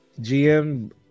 GM